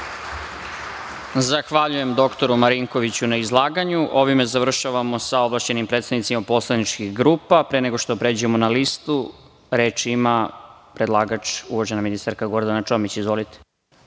Zahvaljujem dr Marinkoviću na izlaganju. Ovim završavamo sa ovlašćenim predstavnicima poslaničkih grupa. Pre nego što pređemo na listu, reč ima predlagač, uvažena ministarka Gordana Čomić. Izvolite.